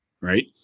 Right